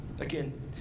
Again